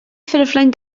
ffurflen